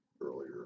earlier